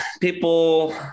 people